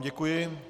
Děkuji.